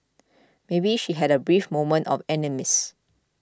maybe she had a brief moment of amnesia